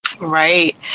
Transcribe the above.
right